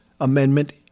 Amendment